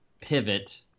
pivot